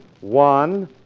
One